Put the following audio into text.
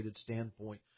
standpoint